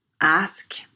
ask